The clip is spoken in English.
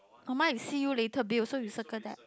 orh my is see you later Bill so you circle that